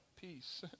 peace